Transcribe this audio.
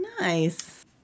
Nice